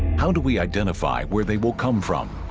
how do we identify where they will come from?